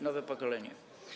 Nowe pokolenie.